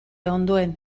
ondoen